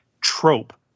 trope